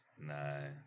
No